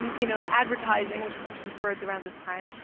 you know, advertising, which, of course, is birthed around this time.